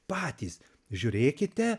patys žiūrėkite